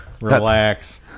Relax